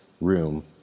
room